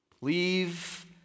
leave